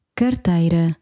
carteira